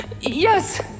Yes